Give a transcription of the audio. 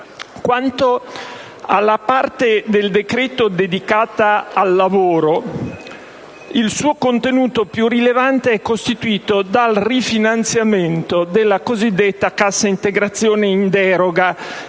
Quanto alla parte del decreto dedicata al lavoro, il suo contenuto più rilevante è costituito dal rifinanziamento della cosiddetta cassa integrazione in deroga,